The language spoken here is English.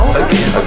again